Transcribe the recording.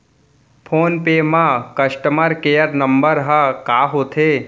Phone पे म customer care number ह का होथे?